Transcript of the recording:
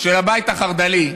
של הבית החרד"לי: